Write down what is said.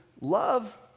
love